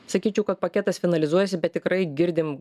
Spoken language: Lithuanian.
sakyčiau kad paketas finalizuojasi bet tikrai girdim